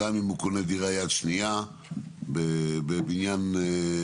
גם אם הוא קונה דירה יד שנייה בבניין גדול,